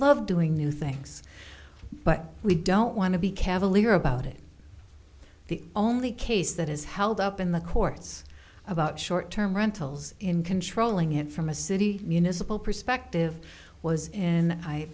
love doing new things but we don't want to be cavalier about it the only case that has held up in the courts about short term rentals in controlling it from a city municipal perspective was in i